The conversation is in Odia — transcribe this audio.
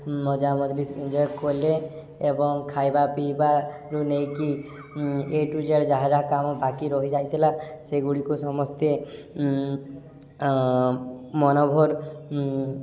ମଜା ମଜଲିସ୍ ଏନ୍ଜୟ କଲେ ଏବଂ ଖାଇବା ପିଇବାରୁ ନେଇକି ଏ ଟୁ ଜେଡ଼୍ ଯାହା ଯାହା କାମ ବାକି ରହିଯାଇଥିଲା ସେଗୁଡ଼ିକୁ ସମସ୍ତେ ମନ ଭରି